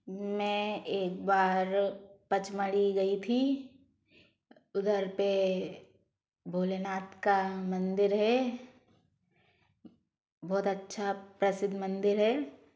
मैं एक बार पचमढ़ी गई थी उधर पे भोले नाथ का मंदिर है बहुत अच्छा प्रसिद्ध मंदिर है